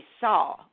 saw